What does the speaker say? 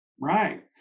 Right